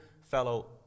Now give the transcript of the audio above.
fellow